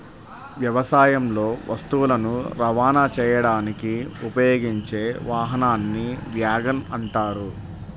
వ్యవసాయంలో వస్తువులను రవాణా చేయడానికి ఉపయోగించే వాహనాన్ని వ్యాగన్ అంటారు